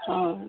हँ